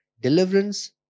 deliverance